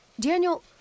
Daniel